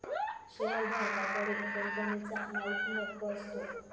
शेअरधारका कडे कंपनीचा मालकीहक्क असतो